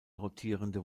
rotierende